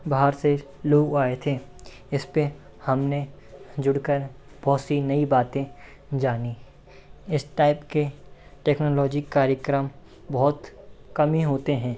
बाहर से लोग आए थे इसपर हमने जुड़कर बहुत सी नई बातें जानीं इस टाइप के टेक्नोलॉजी कार्यक्रम बहुत कम ही होते हैं